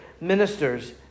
ministers